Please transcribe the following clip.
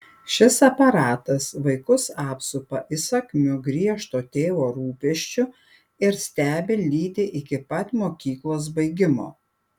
šis aparatas vaikus apsupa įsakmiu griežto tėvo rūpesčiu ir stebi lydi iki pat mokyklos baigimo